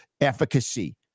efficacy